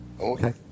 Okay